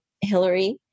Hillary